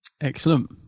Excellent